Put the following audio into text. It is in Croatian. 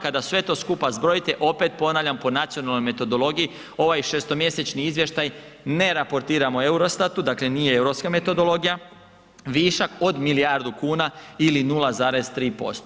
Kada sve to skupa zbrojite opet ponavljam po nacionalnoj metodologiji ovaj 6.-mjesečni izvještaj ne raportiramo Eurostatu, dakle nije europska metodologija, višak od milijardu kuna ili 0,3%